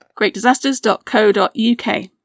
greatdisasters.co.uk